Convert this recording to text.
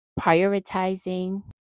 prioritizing